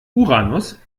uranus